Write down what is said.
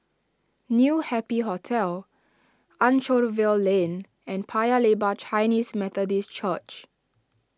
New Happy Hotel Anchorvale Lane and Paya Lebar Chinese Methodist Church